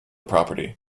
property